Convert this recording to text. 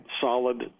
solid